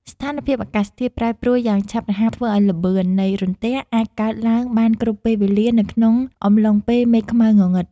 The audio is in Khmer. ស្ថានភាពអាកាសធាតុប្រែប្រួលយ៉ាងឆាប់រហ័សធ្វើឱ្យល្បឿននៃរន្ទះអាចកើតឡើងបានគ្រប់ពេលវេលានៅក្នុងអំឡុងពេលមេឃខ្មៅងងឹត។